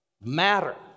matter